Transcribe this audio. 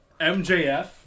MJF